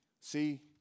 See